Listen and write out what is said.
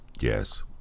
Yes